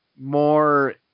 more